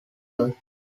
work